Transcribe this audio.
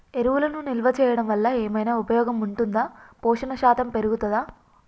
ఎరువులను నిల్వ చేయడం వల్ల ఏమైనా ఉపయోగం ఉంటుందా పోషణ శాతం పెరుగుతదా?